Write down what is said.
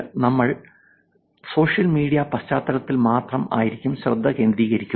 എന്നാൽ നമ്മൾ social media പശ്ചാത്തലത്തിൽ മാത്രം ആയിരിക്കും ശ്രദ്ധ കേന്ദ്രീകരിക്കുന്നത്